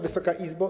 Wysoka Izbo!